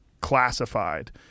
classified